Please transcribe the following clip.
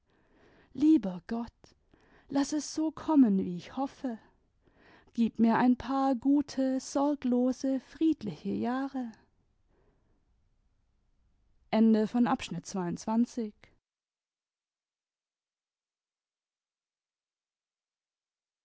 lieber gott laß es so kommen wie ich hoffe gib mir ein paar gute sorglose friedliche jahre